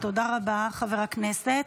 תודה רבה, חבר הכנסת.